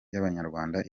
y’abanyarwanda